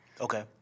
Okay